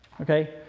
Okay